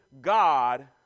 God